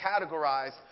categorized